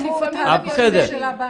בתקופה כזו,